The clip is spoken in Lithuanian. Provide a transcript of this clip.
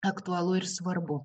aktualu ir svarbu